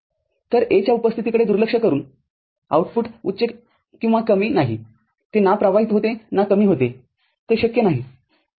तर Aच्या उपस्थितीकडे दुर्लक्ष करूनआउटपुट उच्च किंवा कमी नाहीते ना प्रवाहित होते ना कमी होते ते शक्य नाही ठीक आहे